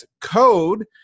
code